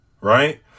right